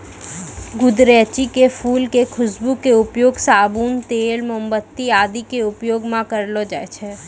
गुदरैंची के फूल के खुशबू के उपयोग साबुन, तेल, मोमबत्ती आदि के उपयोग मं करलो जाय छै